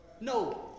No